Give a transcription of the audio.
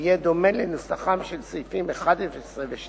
ויהיה דומה לנוסחם של סעיפים 11 ו-12,